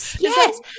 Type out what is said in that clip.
Yes